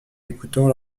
écoutant